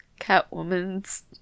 Catwoman's